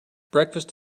breakfast